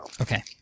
Okay